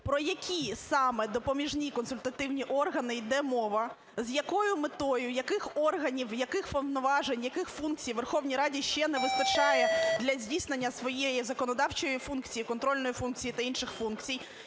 про які саме допоміжні консультативні органи йде мова? З якою метою яких органів, яких повноважень, яких функцій Верховній Раді ще не вистачає для здійснення своєї законодавчої функції, контрольної функції та інших функцій?